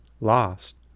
lost